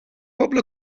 pobl